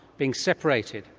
being separated.